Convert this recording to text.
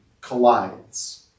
collides